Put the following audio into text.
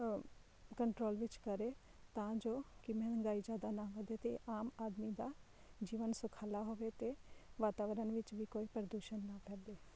control ਵਿੱਚ ਕਰੇ ਤਾਂ ਜੋ ਕਿ ਮਹਿੰਗਾਈ ਜ਼ਿਆਦਾ ਨਾ ਵਧੇ ਅਤੇ ਆਮ ਆਦਮੀ ਦਾ ਜੀਵਨ ਸੁਖਾਲਾ ਹੋਵੇ ਅਤੇ ਵਾਤਾਵਰਨ ਵਿੱਚ ਵੀ ਕੋਈ ਪ੍ਰਦੂਸ਼ਣ ਨਾ ਫੈਲੇ